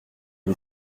lui